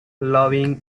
loving